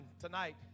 tonight